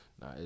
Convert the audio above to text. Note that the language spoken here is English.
Nah